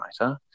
writer